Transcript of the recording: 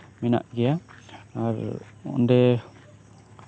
ᱢᱮᱱᱟᱜ ᱜᱮᱭᱟ ᱟᱨ ᱚᱱᱰᱮ